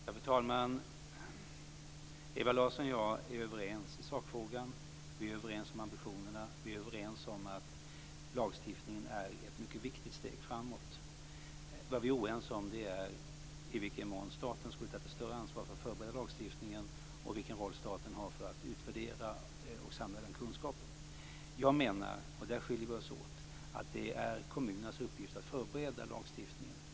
Fru talman! Ewa Larsson och jag är överens i sakfrågan. Vi är överens om ambitionerna. Vi är överens om att lagstiftningen är ett mycket viktigt steg framåt. Det vi är oense om är i vilken mån staten skulle ha tagit ett större ansvar för att förbereda lagstiftningen och vilken roll staten har för att utvärdera och samla den kunskapen. Jag menar, och där skiljer vi oss åt, att det är kommunernas uppgift att förbereda lagstiftningen.